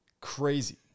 Crazy